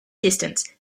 distance